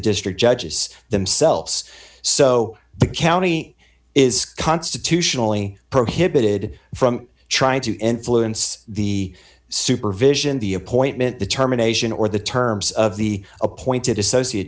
district judges themselves so the county is constitutionally prohibited from trying to influence the supervision the appointment determination or the terms of the appointed associate